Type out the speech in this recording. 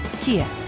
Kia